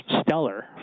stellar